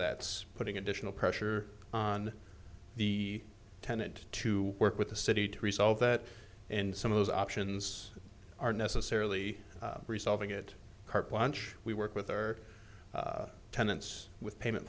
that's putting additional pressure on the tenant to work with the city to resolve that and some of those options are necessarily resolving it carte blanche we work with our tenants with payment